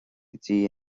dtí